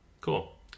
cool